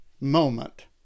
moment